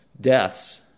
deaths